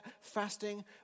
fasting